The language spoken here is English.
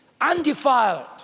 undefiled